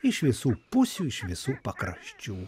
iš visų pusių iš visų pakraščių